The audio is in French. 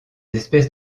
espèces